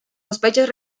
sospechas